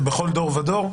שבכל דור ודור,